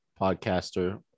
podcaster